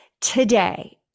today